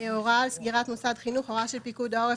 "הוראה על סגירת מוסד חינוך" הוראה של פיקוד העורף